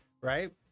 right